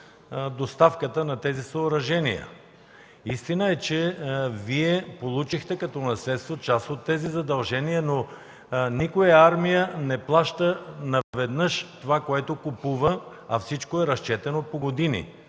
доставката на тези съоръжения. Истина е, че Вие получихте като наследство част от тези задължения, но никоя армия не плаща наведнъж това, което купува, а всичко е разчетено по години.